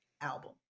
album